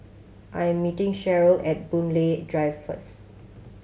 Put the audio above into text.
I am meeting Cheryl at Boon Lay Drive first